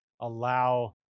allow